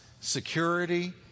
security